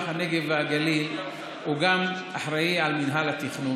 הנגב והגליל אחראי גם על מינהל התכנון,